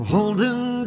Holding